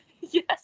Yes